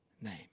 name